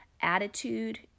attitude